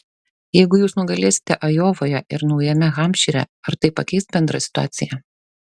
jeigu jūs nugalėsite ajovoje ir naujame hampšyre ar tai pakeis bendrą situaciją